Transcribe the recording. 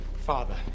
Father